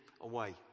away